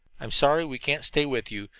i'm sorry we can't stay with you,